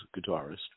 guitarist